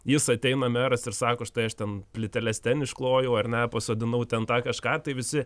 jis ateina meras ir sako štai aš ten plyteles ten išklojau ar ne pasodinau ten tą kažką tai visi